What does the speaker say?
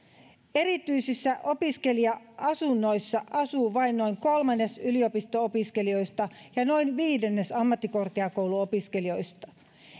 erityisissä opiskelija asunnoissa asuu vain noin kolmannes yliopisto opiskelijoista ja noin viidennes ammattikorkeakouluopiskelijoista